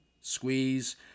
squeeze